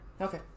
Okay